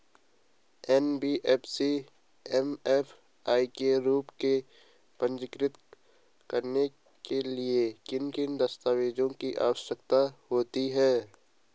NBFC MFI के रूप में पंजीकृत कराने के लिए किन किन दस्तावेज़ों की आवश्यकता होती है?